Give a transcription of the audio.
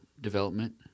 development